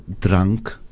drunk